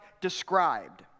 described